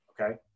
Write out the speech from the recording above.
okay